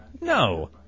No